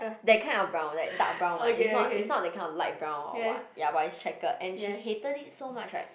that kind of brown like dark brown one it's not it's not that kind of light brown or what ya but it's checked and she hated it so much right